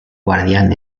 guardián